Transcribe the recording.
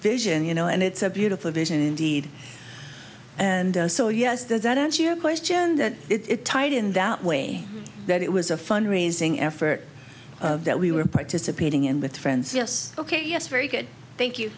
vision you know and it's a beautiful vision indeed and so yes does that answer your question that it tied in that way that it was a fund raising effort that we were participating in with friends yes ok yes very good thank you